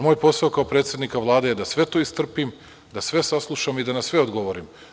Moj posao kao predsednika Vlade je da sve to istrpim, da sve saslušam i da na sve odgovorim.